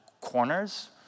corners